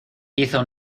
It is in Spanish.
hizo